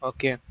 Okay